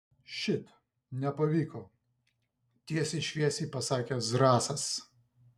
šit nepavyko tiesiai šviesiai pasakė zrazas